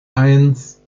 eins